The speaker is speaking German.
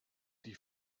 die